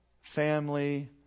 family